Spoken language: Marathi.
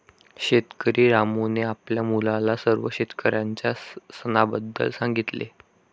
शेतकरी रामूने आपल्या मुलाला सर्व शेतकऱ्यांच्या सणाबद्दल सांगितले